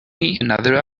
another